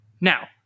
Now